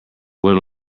what